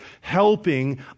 helping